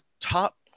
top